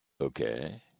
okay